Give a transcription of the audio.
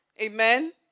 Amen